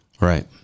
Right